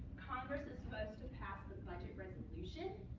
congress is supposed to pass the budget resolution.